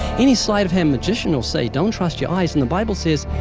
any sleight of hand magician will say don't trust your eyes. and the bible says,